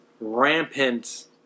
rampant